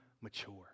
mature